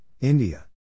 India